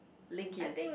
LinkedIn